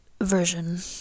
version